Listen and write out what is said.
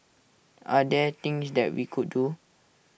are there things that we could do